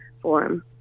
forum